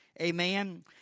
Amen